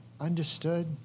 understood